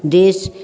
देश